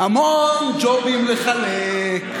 המון ג'ובים לחלק,